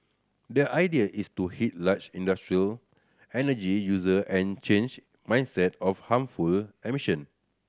the idea is to hit large industrial energy user and change mindset on harmful emission